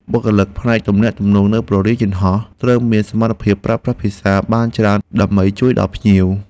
បុគ្គលិកផ្នែកទំនាក់ទំនងនៅព្រលានយន្តហោះត្រូវមានសមត្ថភាពប្រើប្រាស់ភាសាបានច្រើនដើម្បីជួយដល់ភ្ញៀវ។